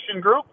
group